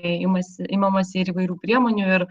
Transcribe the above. imasi imamasi ir įvairių priemonių ir